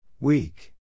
Weak